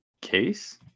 Case